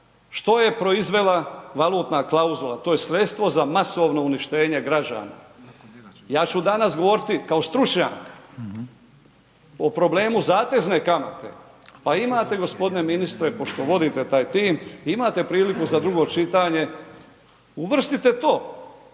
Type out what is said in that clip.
što je proizvela valutna klauzula, to je sredstvo za masovno uništenje građana. Ja ću danas govoriti kao stručnjak o problemu zatezne kamate, pa imate g. ministre pošto vodite taj tim, imate priliku za drugo čitanje, uvrstite to,